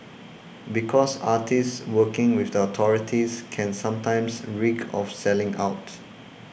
because artists working with the authorities can sometimes reek of selling out